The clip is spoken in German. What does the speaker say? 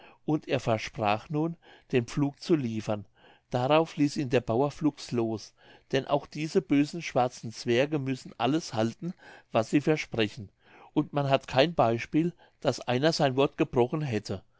und er versprach nun den pflug zu liefern darauf ließ ihn der bauer flugs los denn auch diese bösen schwarzen zwerge müssen alles halten was sie versprochen und man hat kein beispiel daß einer sein wort gebrochen hätte